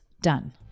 done